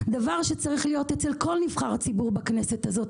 דבר שצריך להיות אצל כל נבחר ציבור בכנסת הזאת.